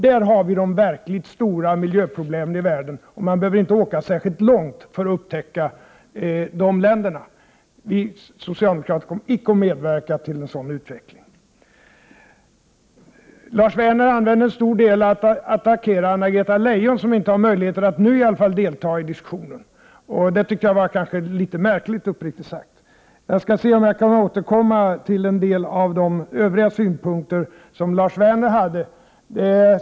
Där har vi de verkligt stora miljöproblemen i världen. Man behöver inte åka särskilt långt för att upptäcka de länderna. Vi socialdemokrater kommer icke att medverka till en sådan utveckling. Lars Werner använde en stor del av sin tid till att attackera Anna-Greta Leijon, som inte har möjlighet att nu delta i diskussionen. Det förfarandet tycker jag, uppriktigt sagt, var litet märkligt. Jag hoppas kunna återkomma till en del av de övriga synpunkter som han hade.